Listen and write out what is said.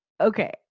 okay